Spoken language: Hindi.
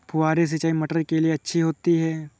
फुहारी सिंचाई मटर के लिए अच्छी होती है?